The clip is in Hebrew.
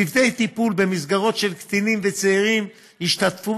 צוותי טיפול במסגרות של קטינים וצעירים ישתתפו